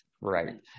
Right